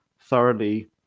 thoroughly